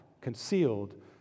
concealed